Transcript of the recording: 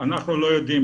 אנחנו לא יודעים,